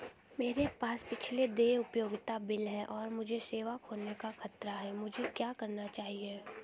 मेरे पास पिछले देय उपयोगिता बिल हैं और मुझे सेवा खोने का खतरा है मुझे क्या करना चाहिए?